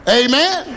amen